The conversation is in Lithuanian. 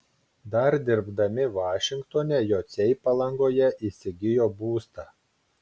dar dirbdami vašingtone jociai palangoje įsigijo būstą